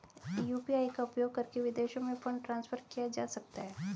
UPI का उपयोग करके विदेशों में फंड ट्रांसफर किया जा सकता है?